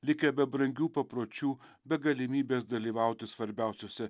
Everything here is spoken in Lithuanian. likę be brangių papročių be galimybės dalyvauti svarbiausiose